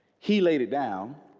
he laid it down